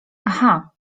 aha